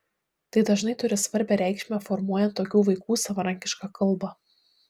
tai dažnai turi svarbią reikšmę formuojant tokių vaikų savarankišką kalbą